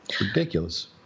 Ridiculous